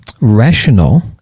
rational